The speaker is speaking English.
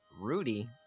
Rudy